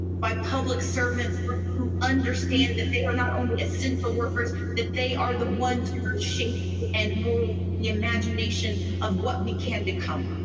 by public servants who understand that they are not only as simple workers that they are the ones to shape and move the imagination of what we can become.